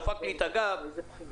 דפק לי את הגב בכביש,